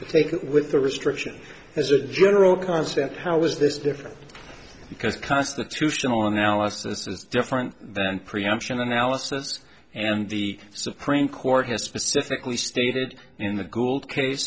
to take it with the restriction as a general concept how is this different because constitutional analysis is different than preemption analysis and the supreme court has specifically stated in the gould case